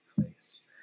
place